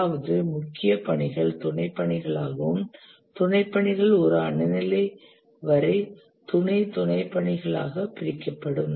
அதாவது முக்கிய பணிகள் துணைப் பணிகளாகவும் துணைப் பணிகள் ஒரு அணு நிலை வரை துணை துணைப் பணிகளாக பிரிக்கப்படும்